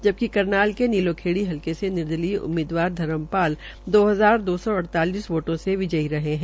जबकि करनाल से नीलोखेडी हलके से निर्दलीय उम्मीदवार धर्मपाल दो हजार दो सौ अइतालीस वोटों से विजयी हये है